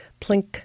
plink